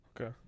Okay